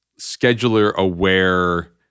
scheduler-aware